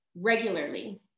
regularly